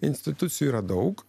institucijų yra daug